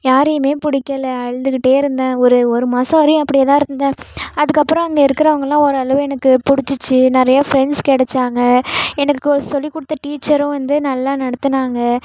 யாரையுமே பிடிக்கல அழுதுக்கிட்டே இருந்தேன் ஒரு ஒரு மாசம் வரையும் அப்டியே தான் இருந்தேன் அதுக்கப்பறம் அங்கே இருக்கறவங்கள்லாம் ஓரளவு எனக்கு பிடிச்சிச்சி நிறைய ஃப்ரெண்ட்ஸ் கெடைச்சாங்க எனக்கு சொல்லி கொடுத்த டீச்சரும் வந்து நல்லா நடத்தினாங்க